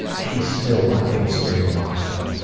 she's still my big scary monster.